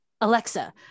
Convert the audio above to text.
Alexa